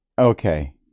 Okay